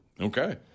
Okay